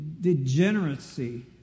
degeneracy